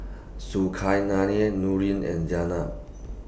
Zulkarnain Nurin and Jenab